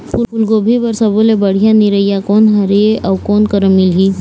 फूलगोभी बर सब्बो ले बढ़िया निरैया कोन हर ये अउ कोन करा मिलही?